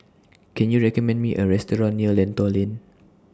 Can YOU recommend Me A Restaurant near Lentor Lane